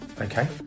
okay